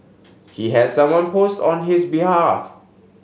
he had someone post on his behalf